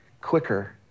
quicker